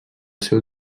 seu